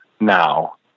now